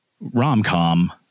rom-com